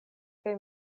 kaj